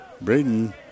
Braden